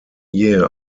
year